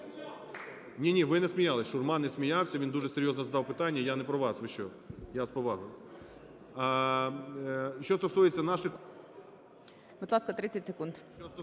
Ні-ні, ви не сміялись. Шурма не сміявся, він дуже серйозне задав питання, я не про вас, ви що, я з повагою. Що стосується наших… ГОЛОВУЮЧИЙ. Будь ласка, 30 секунд.